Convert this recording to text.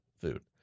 food